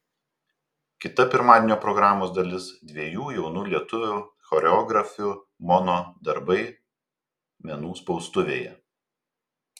kita pirmadienio programos dalis dviejų jaunų lietuvių choreografių mono darbai menų spaustuvėje